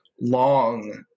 long